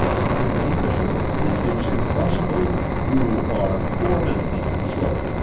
pardon me, monsieur, it is impossible you are four minutes too slow.